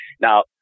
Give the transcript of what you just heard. Now